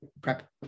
prep